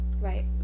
right